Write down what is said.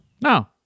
No